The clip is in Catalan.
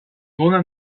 dóna